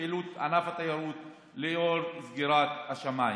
פעילות ענף התיירות לנוכח סגירת השמיים.